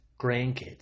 grandkids